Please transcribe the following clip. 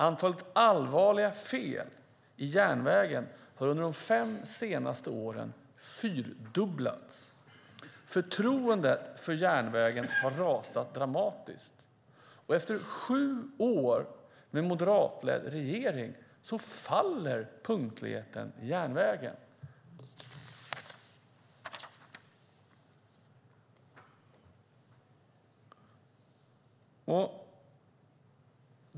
Antalet allvarliga fel i järnvägen har under de fem senaste åren fyrdubblats. Förtroendet för järnvägen har rasat dramatiskt, och efter sju år med moderatledd regering faller punktligheten på järnvägen.